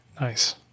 Nice